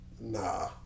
Nah